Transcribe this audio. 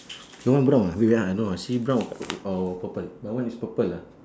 your one brown ah wait ah I know I see brown or purple my one is purple lah